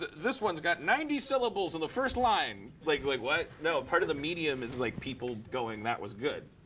this one's got ninety syllables in the first line. like like, what? no. part of the medium is, like, people going, that was good.